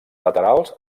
laterals